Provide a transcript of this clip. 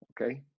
Okay